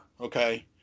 okay